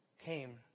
came